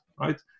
right